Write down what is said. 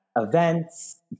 events